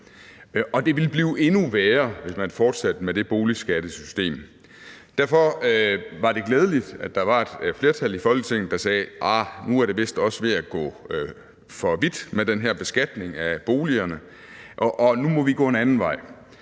det ville blive endnu værre, hvis man fortsatte med det boligskattesystem. Derfor var det glædeligt, at der var et flertal i Folketinget, der sagde: Arh, nu er det vist også ved at gå for vidt med den her beskatning af boligerne, og nu må vi gå en anden vej.